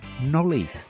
Nolly